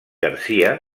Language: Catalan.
garcia